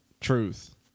Truth